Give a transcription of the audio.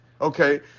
okay